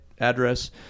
address